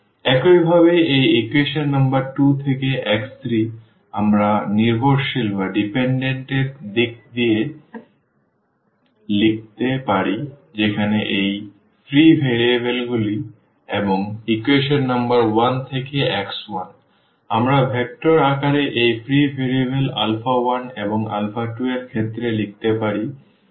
একইভাবে এই equation number 2 থেকে x3 আমরা নির্ভরশীল এর দিক থেকে লিখতে পারি যেখানে এই ফ্রি ভেরিয়েবলগুলি এবং ইকুয়েশন নম্বর 1 থেকে x1 আমরা ভেক্টর আকারে এই ফ্রি ভেরিয়েবল আলফা 1 এবং আলফা 2 এর ক্ষেত্রে লিখতে পারি